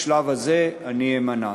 בשלב הזה אני אמנע.